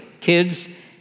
kids